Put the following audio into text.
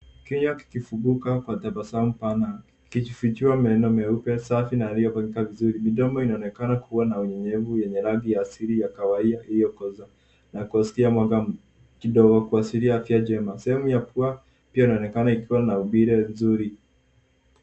Kinywa kikifunguka kwa tabasamu pana kikifichua meno meupe safi na yaliyopangika vizuri. Midomo inaonekana kuwa na unyenyevu yenye rangi ya asili ya kahawia iliyokoza na kusikia mwanga kidogo kuashiria anga njema. Sehemu ya pua pia inaonekana ikiwa na umbile mzuri.